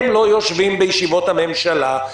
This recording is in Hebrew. הם לא יושבים בישיבות הממשלה,